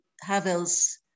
Havel's